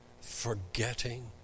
forgetting